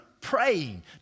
praying